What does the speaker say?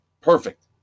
Perfect